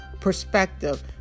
perspective